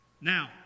Now